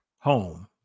home